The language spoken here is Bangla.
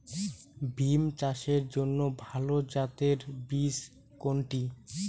বিম চাষের জন্য ভালো জাতের বীজ কোনটি?